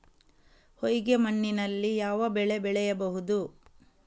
ಹೊಯ್ಗೆ ಮಣ್ಣಿನಲ್ಲಿ ಯಾವ ಬೆಳೆ ಬೆಳೆಯಬಹುದು?